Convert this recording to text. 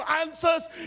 answers